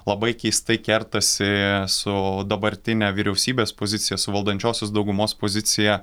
labai keistai kertasi su dabartine vyriausybės pozicija su valdančiosios daugumos pozicija